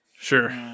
sure